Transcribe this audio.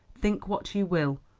think what you will.